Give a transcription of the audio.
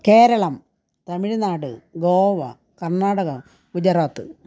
Keralam Tamil Nadu Goa Karnataka Gujarat